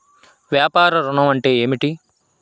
వ్యాపార ఋణం అంటే ఏమిటి?